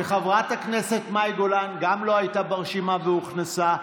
וגם חברת הכנסת מאי גולן לא הייתה ברשימה והוכנסה,